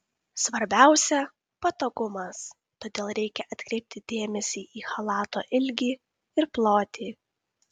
svarbiausia patogumas todėl reikia atkreipti dėmesį į chalato ilgį ir plotį